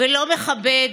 ולא מכבד.